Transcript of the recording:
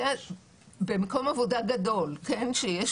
במקום עבודה גדול שיש